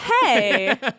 hey